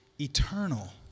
eternal